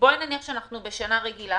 שאנחנו בשנה רגילה,